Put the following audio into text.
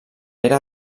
era